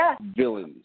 villains